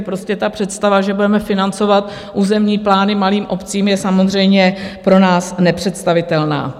Prostě představa, že budeme financovat územní plány malým obcím, je samozřejmě pro nás nepředstavitelná.